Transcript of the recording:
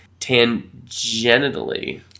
tangentially